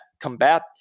combat